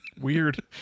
weird